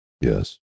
yes